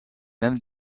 mêmes